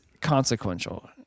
consequential